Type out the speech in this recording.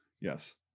Yes